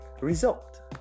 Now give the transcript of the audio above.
result